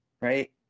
right